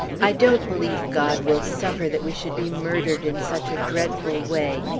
i don't believe god will suffer that we should be murdered in such a dreadful way!